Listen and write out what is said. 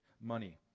money